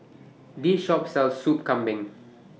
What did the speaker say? This Shop sells Soup Kambing